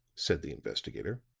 said the investigator.